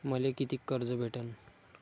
मले कितीक कर्ज भेटन?